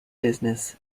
business